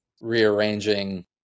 rearranging